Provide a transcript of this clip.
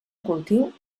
cultiu